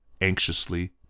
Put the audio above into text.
anxiously